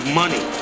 money